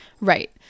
right